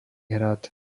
hrad